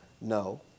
No